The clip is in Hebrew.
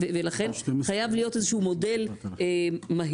ולכן חייב להיות איזה שהוא מודל מהיר.